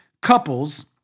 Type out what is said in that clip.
couples